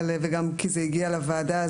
וגם כי זה הגיע לוועדה,